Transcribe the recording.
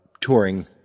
touring